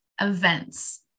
events